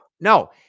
No